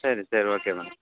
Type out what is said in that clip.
சரி சரி okay madam